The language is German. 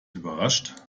überrascht